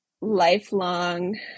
lifelong